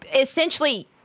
essentially